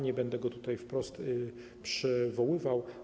Nie będę go tutaj wprost przywoływał.